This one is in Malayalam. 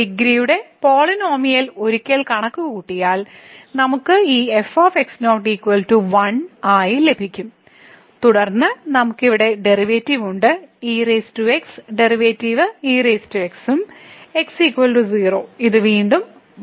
ഡിഗ്രിയുടെ പോളിനോമിയൽ ഒരിക്കൽ കണക്കുകൂട്ടിയാൽ നമുക്ക് ഈ f 1 ആയി ലഭിക്കും തുടർന്ന് നമുക്ക് ഇവിടെ ഡെറിവേറ്റീവ് ഉണ്ട് ex ഡെറിവേറ്റീവ് ex ഉം x 0 ന് ഇത് വീണ്ടും 1 ഉം ആയിരിക്കും